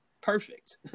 Perfect